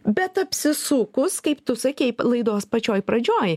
bet apsisukus kaip tu sakei laidos pačioje pradžioj